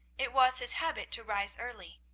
it was his habit to rise early.